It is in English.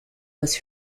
was